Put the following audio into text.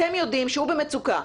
אתם יודעים שהוא במצוקה,